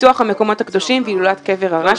פיתוח המקומות הקדושים והילולת קבר הרשב"י.